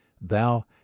Thou